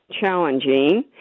challenging